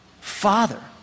Father